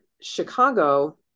Chicago